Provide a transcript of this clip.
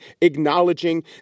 acknowledging